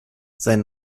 sein